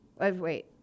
Wait